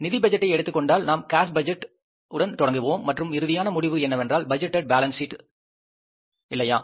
நிதி பட்ஜெட்டை எடுத்துக் கொண்டால் நாம் கேஸ் பட்ஜெட் உடன் தொடங்குவோம் மற்றும் இறுதியான முடிவு என்னவென்றால் பட்ஜெட்டடு பாலன்ஸ் சீட் இல்லையா